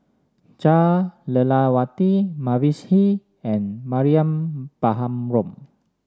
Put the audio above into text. Jah Lelawati Mavis Hee and Mariam Baharom